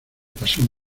pasión